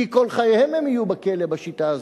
כי כל חייהם הם יהיו בכלא בשיטה הזאת.